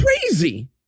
crazy